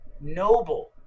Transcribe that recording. noble